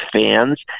fans